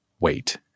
Wait